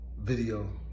video